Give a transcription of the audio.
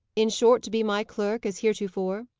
in short, to be my clerk as heretofore?